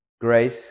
grace